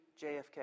JFK